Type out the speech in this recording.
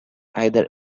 either